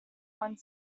one